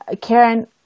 Karen